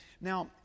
Now